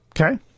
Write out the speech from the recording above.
Okay